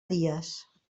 dies